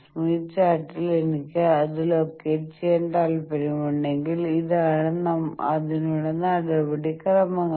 Smith ചാർട്ടിൽ എനിക്ക് അത് ലൊക്കേറ്റ് ചെയ്യാൻ താൽപ്പര്യമുണ്ടെങ്കിൽ ഇതാണ് അതിനുള്ള നടപടിക്രമങ്ങൾ